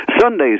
Sunday's